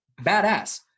badass